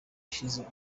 ishize